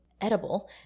edible